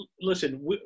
listen